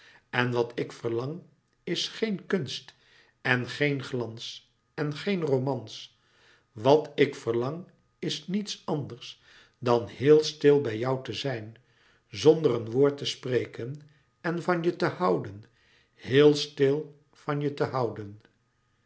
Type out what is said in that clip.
en wat ik verlang is geen kunst en geen glans en geen romans wat ik verlang is niets anders dan h e e l s t i l b i j j o u t e z i j n zonder een woord te spreken en van je te houden heel stil van je te houden